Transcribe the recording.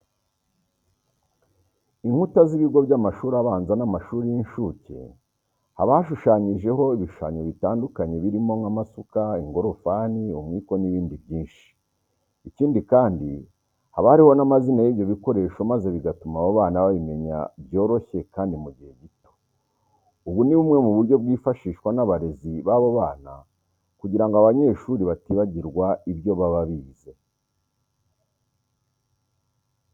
Inkuta z'ibigo by'amashuri abanza n'amashuri y'incuke, haba hashushanyijeho ibishushanyo bitandukanye birimo nk'amasuka, ingorofani, umwiko n'ibindi byinshi. Ikindi kandi, haba hariho n'amazina y'ibyo bikoresho maze bigatuma abo bana babimenya byoroshye kandi mu gihe gito. Ubu ni bumwe mu buryo bwifashishwa n'abarezi b'abo bana kugira ngo abanyeshuri batibagirwa ibyo baba bize.